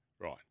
Right